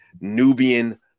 Nubian